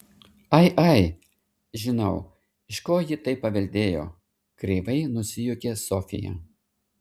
ai ai žinau iš ko ji tai paveldėjo kreivai nusijuokė sofija